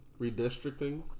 redistricting